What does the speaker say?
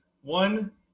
One